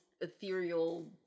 ethereal